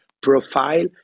profile